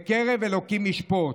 בקרב אלהים ישפט.